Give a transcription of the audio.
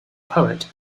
poet